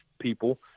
people